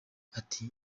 ati